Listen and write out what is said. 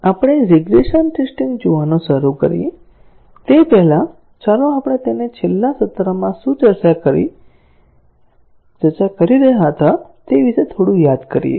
આપણે regression testing જોવાનું શરૂ કરીએ તે પહેલાં ચાલો આપણે તેને પાછલા સત્રમાં શું ચર્ચા કરી રહ્યા હતા તે વિશે થોડું યાદ કરીએ